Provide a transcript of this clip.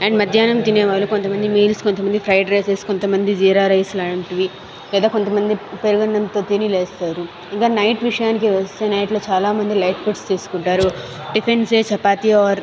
and మధ్యాహ్నం తినేవాళ్లు కొంతమంది మీల్స్ కొంతమంది ప్రైడ్ రైస్ కొంతమంది జీరా రైస్ లాంటివి లేదా కొంతమంది పెరుగన్నంతో తిని లేస్తారు ఇంకా నైట్ విషయానికి వస్తే నైట్లో చాలా మంది లైట్ ఫుడ్స్ తీసుకుంటారు టిఫిన్స్ చపాతి ఆర్